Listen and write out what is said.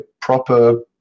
proper